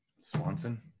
swanson